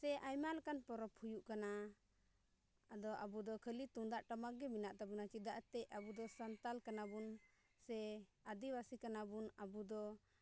ᱥᱮ ᱟᱭᱢᱟ ᱞᱮᱠᱟᱱ ᱯᱚᱨᱚᱵᱽ ᱦᱩᱭᱩᱜ ᱠᱟᱱᱟ ᱟᱫᱚ ᱟᱵᱚᱫᱚ ᱠᱷᱟᱹᱞᱤ ᱛᱩᱢᱫᱟᱜ ᱴᱟᱢᱟᱠ ᱜᱮ ᱢᱮᱱᱟᱜ ᱛᱟᱵᱚᱱᱟ ᱪᱮᱫᱟᱜ ᱮᱱᱛᱮᱫ ᱟᱵᱚᱫᱚ ᱥᱟᱱᱛᱟᱞ ᱠᱟᱱᱟᱵᱚᱱ ᱥᱮ ᱟᱹᱫᱤᱵᱟᱹᱥᱤ ᱠᱟᱱᱟᱵᱚᱱ ᱟᱵᱚᱫᱚ